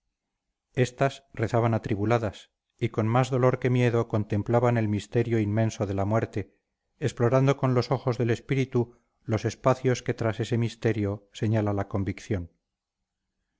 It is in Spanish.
estas rezaban atribuladas y con más dolor que miedo contemplaban el misterio inmenso de la muerte explorando con los ojos del espíritu los espacios que tras ese misterio señala la convicción